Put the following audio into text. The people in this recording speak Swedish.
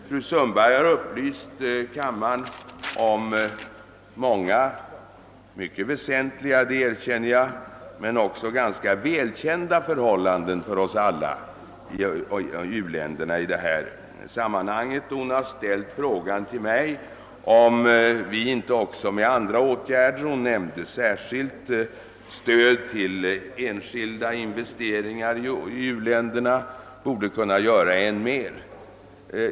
Fru Sundberg har upplyst kammaren om många mycket väsentliga men också för oss alla ganska välkända förhållanden i u-länderna. Hon har ställt frågan till mig, om vi inte också med andra åtgärder — hon nämnde särskilt stöd till enskilda investeringar i u-länderna — borde kunna göra än mera.